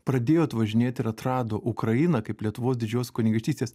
pradėjot važinėt ir atrado ukrainą kaip lietuvos didžiosios kunigaikštystės